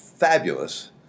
Fabulous